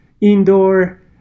indoor